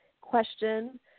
question